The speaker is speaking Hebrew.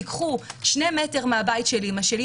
קחו שני מטר מהבית של אימא שלי,